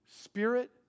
spirit